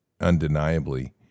undeniably